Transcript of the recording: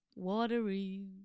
Watery